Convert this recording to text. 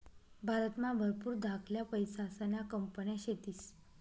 भारतमा भरपूर धाकल्या पैसासन्या कंपन्या शेतीस